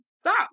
stop